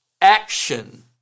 action